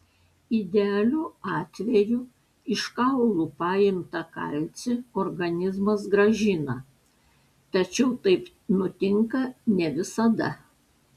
idealiu atveju iš kaulų paimtą kalcį organizmas grąžina tačiau taip nutinka ne visada